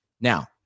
Now